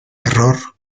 terror